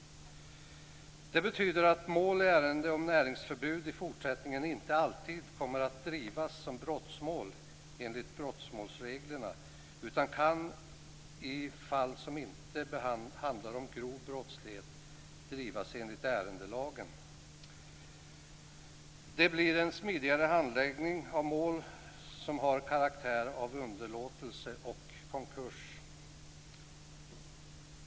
Det betyder att mål i ärende om näringsförbud i fortsättningen inte alltid kommer att drivas som brottmål enligt brottmålsreglerna utan kan i fall som inte handlar om grov brottslighet drivas enligt ärendelagen. Det blir en smidigare handläggning av mål som har karaktären av underlåtelse vid konkurs.